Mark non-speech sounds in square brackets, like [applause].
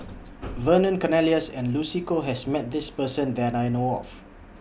[noise] Vernon Cornelius and Lucy Koh has Met This Person that I know of